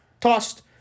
Tossed